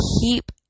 keep